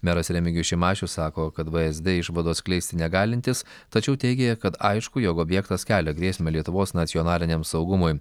meras remigijus šimašius sako kad vsd išvadų atskleisti negalintis tačiau teigė kad aišku jog objektas kelia grėsmę lietuvos nacionaliniam saugumui